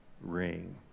ring